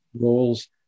roles